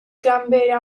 ganbera